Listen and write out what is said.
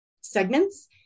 segments